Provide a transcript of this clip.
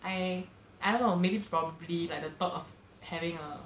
I I don't know maybe probably like the thought of having a